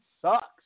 sucks